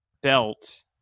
belt